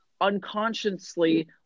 unconsciously